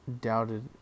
doubted